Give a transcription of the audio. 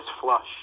flush